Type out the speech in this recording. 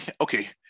okay